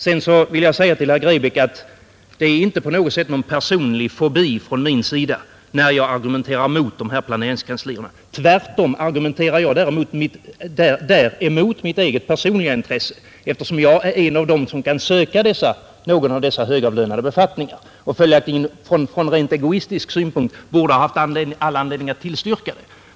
Det är, herr Grebäck, inte någon personlig fobi från min sida när jag argumenterar mot dessa planeringskanslier. Tvärtom argumenterar jag emot mitt eget personliga intresse, eftersom jag är en av dem som kan söka någon av dessa högavlönade befattningar och följaktligen från rent egoistisk synpunkt borde haft all anledning att tillstyrka förslaget.